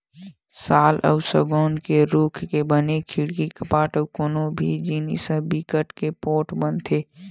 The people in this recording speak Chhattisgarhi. साल अउ सउगौन के रूख ले बने खिड़की, कपाट अउ कोनो भी जिनिस ह बिकट के पोठ बनथे